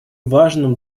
важным